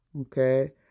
Okay